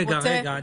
רגע.